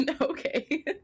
okay